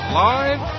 live